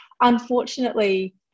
unfortunately